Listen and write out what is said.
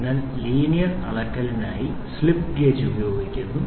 അതിനാൽ ലീനിയർ അളക്കലിനായി slip gauge ഉപയോഗിക്കുന്നു